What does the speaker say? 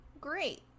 great